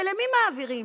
ולמי מעבירים?